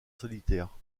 solitaire